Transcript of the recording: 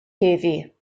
heddiw